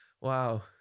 wow